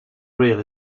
real